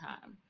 time